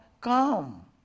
come